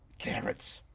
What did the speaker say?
carrots,